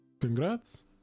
congrats